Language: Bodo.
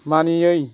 मानियै